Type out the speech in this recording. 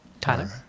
Tyler